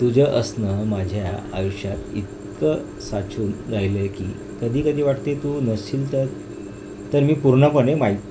तुझं असणं माझ्या आयुष्यात इतकं साचून राहिलं आहे की कधीकधी वाटते तू नसशील तर तर मी पूर्णपणे माहीत